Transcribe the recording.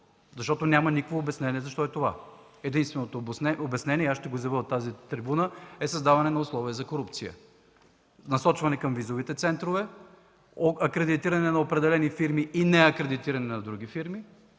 защото няма никакво обяснение защо са те. Единственото обяснение ще го изявя от тази трибуна – е създаване на условия за корупция, насочване към визовите центрове, акредитиране на определени фирми и неакредитиране на други фирми.